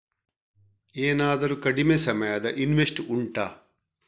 ಏನಾದರೂ ಕಡಿಮೆ ಸಮಯದ ಇನ್ವೆಸ್ಟ್ ಉಂಟಾ